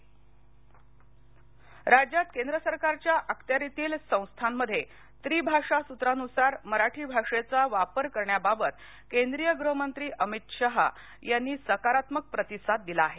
त्रिभाषासूत्र राज्यात केंद्र सरकारच्या अखत्यारितील संस्थांमध्ये त्रि भाषा सूत्रानुसार मराठी भाषेचा वापर करण्याबाबत केंद्रीय गृहमंत्री अमित शहा यांनी सकारात्मक प्रतिसाद दिला आहे